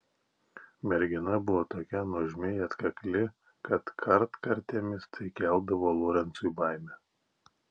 mergina buvo tokia nuožmiai atkakli kad kartkartėmis tai keldavo lorencui baimę